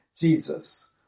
Jesus